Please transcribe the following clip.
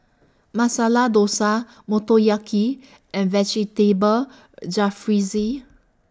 Masala Dosa Motoyaki and Vegetable Jalfrezi